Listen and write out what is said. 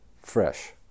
fresh